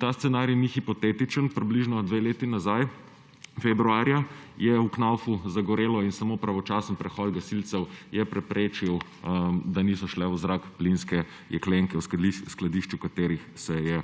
ta scenarij ni hipotetičen. Približno 2 leti nazaj, februarja, je v Knaufu zagorelo in samo pravočasen prihod gasilcev je preprečil, da niso šle v zrak plinske jeklenke v skladišču, ki se je